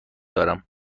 دارم